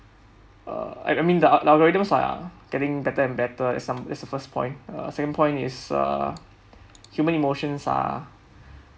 uh I I mean the al~ algorithms are getting better and better that's is the first point uh second point is uh human emotions are